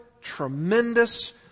tremendous